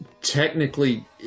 technically